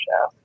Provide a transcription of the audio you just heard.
show